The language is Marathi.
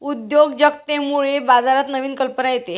उद्योजकतेमुळे बाजारात नवीन कल्पना येते